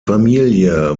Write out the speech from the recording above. familie